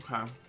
Okay